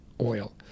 oil